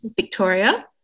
Victoria